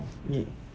ya